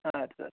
اَدٕ سا اَدٕ سا